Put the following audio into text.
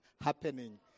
happening